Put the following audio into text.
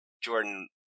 Jordan